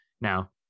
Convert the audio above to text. Now